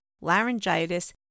laryngitis